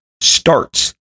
starts